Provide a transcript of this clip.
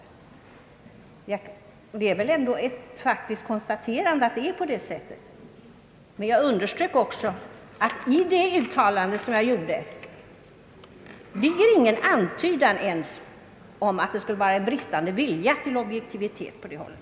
Det är väl ändå ett faktiskt konstaterande, att det förhåller sig på det sättet. Men jag underströk också, att i det uttalande jag gjort ligger ingen antydan ens om att det skulle vara någon bristande vilja till objektivitet på det hållet.